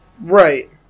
Right